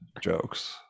jokes